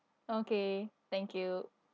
okay thank you